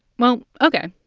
well, ok,